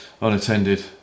unattended